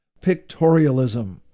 pictorialism